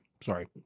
Sorry